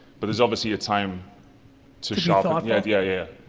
but there's obviously a time to sharpen um yeah yeah yeah